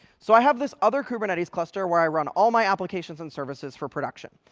so i have this other kubernetes cluster where i run all my applications and services for production.